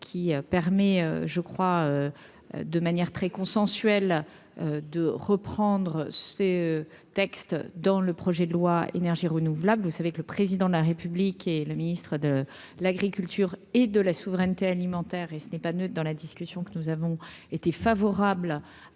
qui permet, je crois, de manière très consensuelle de reprendre ses textes dans le projet de loi, énergies renouvelables, vous savez que le président de la République et le ministre de l'Agriculture et de la souveraineté alimentaire et ce n'est pas neutre dans la discussion que nous avons était favorable à